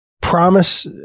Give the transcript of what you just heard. promise